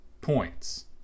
points